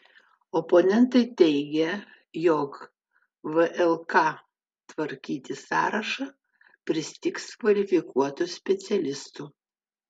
oponentai teigia jog vlk tvarkyti sąrašą pristigs kvalifikuotų specialistų